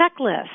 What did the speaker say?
checklist